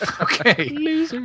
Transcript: Okay